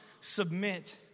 submit